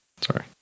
sorry